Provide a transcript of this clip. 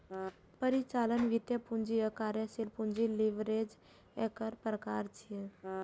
परिचालन, वित्तीय, पूंजी आ कार्यशील पूंजी लीवरेज एकर प्रकार छियै